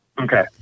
Okay